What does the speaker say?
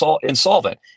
insolvent